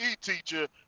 teacher